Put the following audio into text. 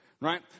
Right